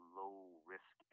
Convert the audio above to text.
low-risk